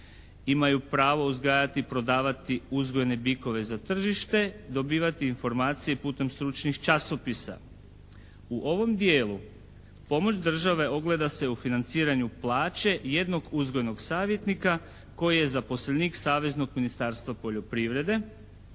imaju pravo uzgajati, prodavati uzgojne bikove za tržište, dobivati informacije putem stručnih časopisa. U ovom dijelu pomoć države ogleda se u financiranju plaće jednog uzgojnog savjetnika koji je zaposlenik saveznog ministarstva poljoprivrede,